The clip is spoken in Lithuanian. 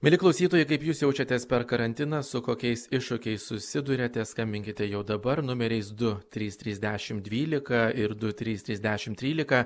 mieli klausytojai kaip jūs jaučiatės per karantiną su kokiais iššūkiais susiduriate skambinkite jau dabar numeriais du trys trys dešim dvylika ir du trys trys dešim trylika